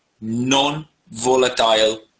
non-volatile